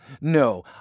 No